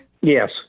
yes